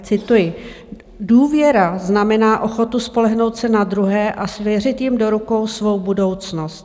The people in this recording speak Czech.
Cituji: Důvěra znamená ochotu spolehnout se na druhé a svěřit jim do rukou svou budoucnost.